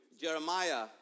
Jeremiah